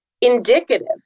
indicative